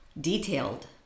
detailed